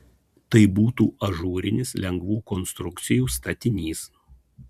tai būtų ažūrinis lengvų konstrukcijų statinys